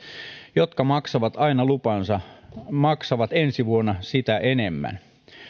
jotka maksavat aina lupansa maksavat ensi vuonna sitä enemmän